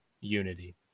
unity